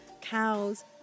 Cows